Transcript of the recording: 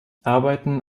arbeiten